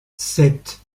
sept